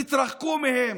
תתרחקו מהם,